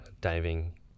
diving